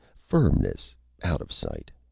firmness out of sight!